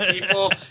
people